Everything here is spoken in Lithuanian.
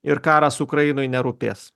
ir karas ukrainoj nerūpės